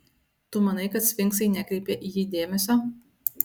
tu manai kad sfinksai nekreipia į jį dėmesio